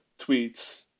tweets